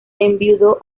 enviudó